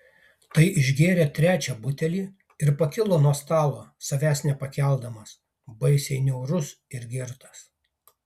tai išgėrė trečią butelį ir pakilo nuo stalo savęs nepakeldamas baisiai niaurus ir girtas